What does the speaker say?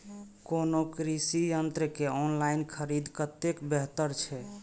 कोनो कृषि यंत्र के ऑनलाइन खरीद कतेक बेहतर छै?